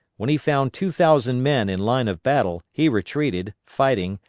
when he found two thousand men in line of battle he retreated, fighting,